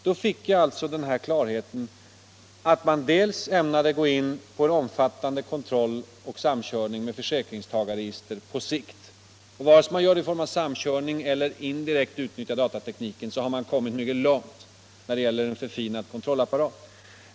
Man ämnar bl.a. på sikt gå in för en omfattande kontroll och samkörning med försäkringstagarregister — vare sig det görs i form av samkörning eller genom att indirekt utnyttja datatekniken har man kommit mycket långt när det gäller en förfinad kontrollapparat.